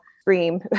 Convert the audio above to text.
scream